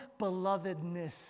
belovedness